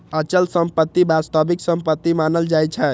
अचल संपत्ति वास्तविक संपत्ति मानल जाइ छै